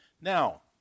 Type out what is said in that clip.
Now